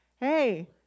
Hey